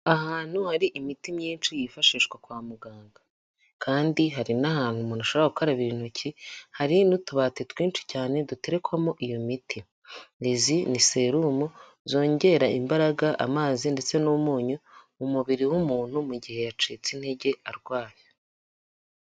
Ahantu hari imiti myinshi yifashishwa kwa muganga. Kandi hari n'ahantu umuntu ashobora gukarabira intoki. Hari n'utubati twinshi cyane duterekwamo iyo miti. Izi ni serumu zongera imbaraga, amazi, ndetse n'umunyu mu mubiri w'umuntu mu gihe yacitse intege arwaye.